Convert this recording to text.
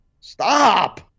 stop